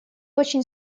очень